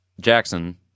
Jackson